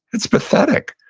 it's pathetic.